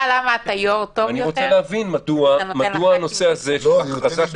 ואני רוצה להבין מדוע הנושא הזה --- אני